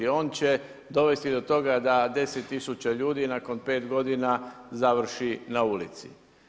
On će dovesti do toga da 10000 ljudi nakon 5 g. završi na ulici.